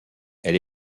elle